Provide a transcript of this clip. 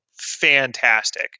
fantastic